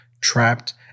trapped